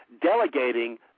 delegating